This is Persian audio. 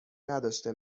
نداشته